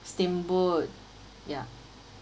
steamboat yeah